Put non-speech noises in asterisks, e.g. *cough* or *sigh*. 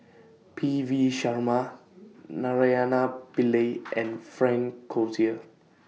P V Sharma Naraina Pillai *noise* and Frank Cloutier